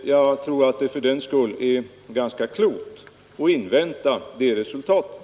Därför anser jag det ganska klokt att invänta resultatet.